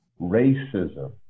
racism